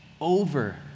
over